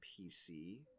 PC